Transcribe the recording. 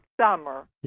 Summer